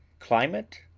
climate,